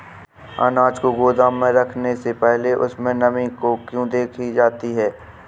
अनाज को गोदाम में रखने से पहले उसमें नमी को क्यो देखी जाती है?